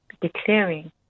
declaring